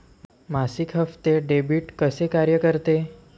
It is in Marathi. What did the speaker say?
मासिक हप्ते, डेबिट कसे कार्य करते